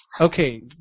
Okay